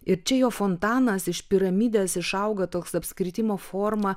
ir čia jo fontanas iš piramidės išauga toks apskritimo forma